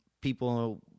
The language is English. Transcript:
people